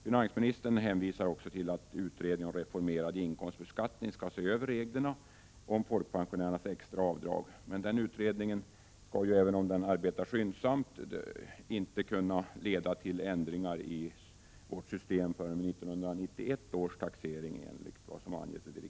Finansministern hänvisar också till att utredningen om reformerad inkomstbeskattning skall se över reglerna om folkpensionärernas extra avdrag. Men även om den utredningen har till uppgift att arbeta skyndsamt leder dess arbete inte till ändringar i vårt system förrän vid 1991 års taxering, enligt vad som anges i direktiven.